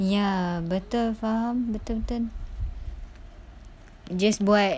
ya betul faham betul betul just buat